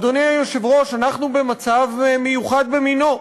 אדוני היושב-ראש, אנחנו במצב מיוחד במינו,